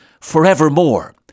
forevermore